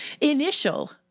initial